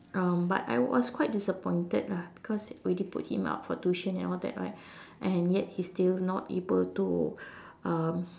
um but I was quite disappointed lah because already put him up for tuition and all that right and yet he's still not able to um